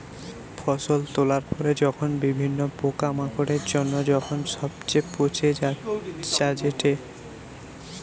ফসল তোলার পরে যখন বিভিন্ন পোকামাকড়ের জন্য যখন সবচে পচে যায়েটে